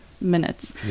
minutes